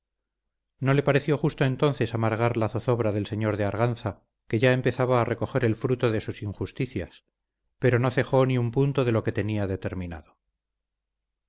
no le pareció justo entonces amargar la zozobra del señor de arganza que ya empezaba a recoger el fruto de sus injusticias pero no cejó ni un punto de lo que tenía determinado